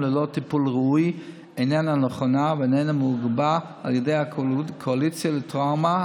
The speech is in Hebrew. ללא טיפול ראוי איננה נכונה ואיננה מגובה על ידי הקואליציה לטראומה,